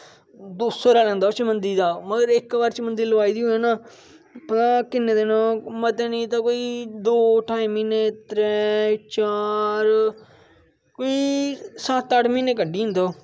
दो सो रुपया लैंदा चमुदी लांदे मगर इक बार चमुदी लुआई दी होऐ ना भला किन्ने दिन मते नेई ते कोई दो ढाई म्हीने त्रै चार कोई सत अट्ठ म्हीने कड्ढी जंदे ओह्